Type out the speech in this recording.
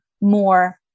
more